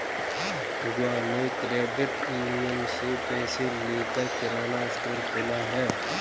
बुआ ने credit union से पैसे लेकर किराना स्टोर खोला है